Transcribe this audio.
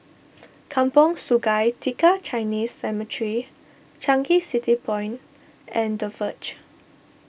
Kampong Sungai Tiga Chinese Cemetery Changi City Point and the Verge